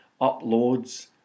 uploads